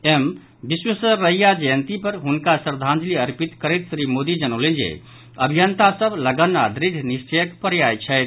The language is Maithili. एम विश्वेश्वरैया जयंती पर हुनका श्रद्वांजलि अर्पित करैत श्री मोदी जनौलनि जे अभियंता सभ लगन आ द्रढ़ निश्चयक पर्याय छथि